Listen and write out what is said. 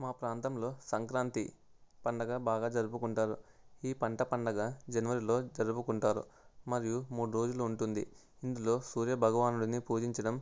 మా ప్రాంతంలో సంక్రాంతి పండగ బాగా జరుపుకుంటారు ఈ పంట పండగ జనవరిలో జరుపుకుంటారు మరియు మూడు రోజులు ఉంటుంది ఇందులో సూర్య భగవానుడిని పూజించడం